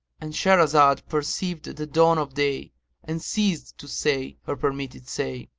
and shahrazad perceived the dawn of day and ceased to say her permitted say.